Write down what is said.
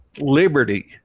liberty